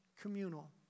communal